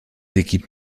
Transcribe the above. équipes